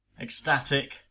ecstatic